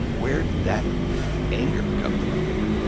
where did that anger come from, here?